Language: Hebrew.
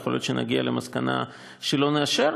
כי יכול להיות שנגיע למסקנה שלא נאשר.